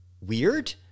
weird